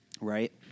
right